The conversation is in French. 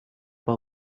pas